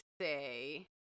say